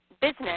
business